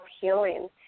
healing